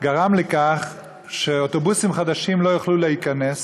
זה גרם לכך שאוטובוסים חדשים לא יכלו להיכנס.